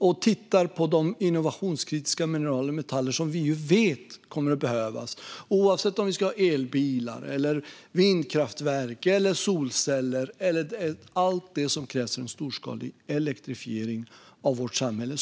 De tittar på de innovationskritiska mineral och metaller som vi vet kommer att behövas, oavsett om vi ska ha elbilar, vindkraftverk eller solceller - allt som krävs för en storskalig elektrifiering av vårt samhälle.